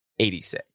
86